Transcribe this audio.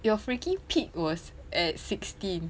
your freaking peak was at sixteen